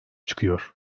çıkıyor